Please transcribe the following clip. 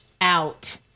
out